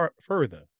further